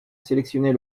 sélectionner